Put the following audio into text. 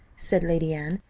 said lady anne,